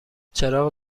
چراغ